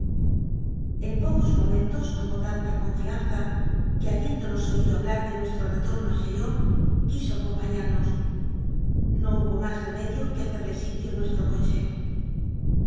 en pocos momentos tomó tanta confianza que habiéndonos oído hablar de nuestro retomo a chaillot quiso acompañamos no hubo más reme dio que hacerle sitio en nuestro coche